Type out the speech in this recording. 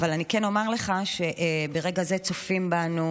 אבל אני כן אומר לך שברגע זה צופים בנו